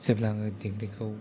जेब्ला आङो डिग्री खौ